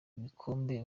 ibikombe